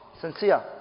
Sincere